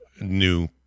new